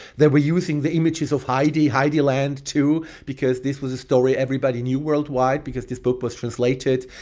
they were using the images of heidi heidiland, too, because this was a story everybody knew worldwide because this book was translated.